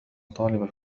طالبة